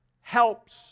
helps